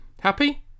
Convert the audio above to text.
Happy